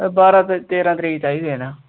बारां ते तेरां तरीक चाहिदे न